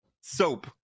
soap